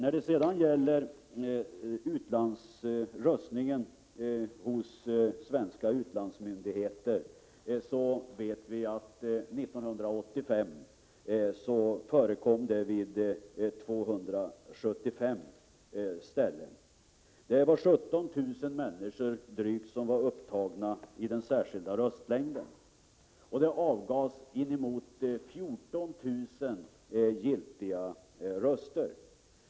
Vi vet att röstning hos svenska utlandsmyndigheter 1985 förekom på 275 platser. Det var drygt 17 000 människor som var upptagna i den särskilda röstlängden, och det avgavs inemot 14 000 giltiga röster.